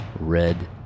Red